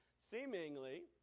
seemingly